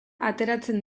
ateratzen